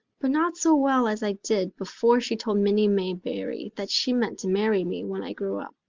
but not so well as i did before she told minnie may barry that she meant to marry me when i grew up.